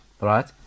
Right